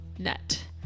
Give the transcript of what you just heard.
net